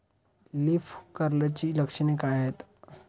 Leaf कर्लची लक्षणे काय आहेत?